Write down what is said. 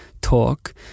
talk